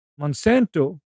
Monsanto